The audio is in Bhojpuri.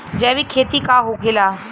जैविक खेती का होखेला?